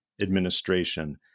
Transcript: administration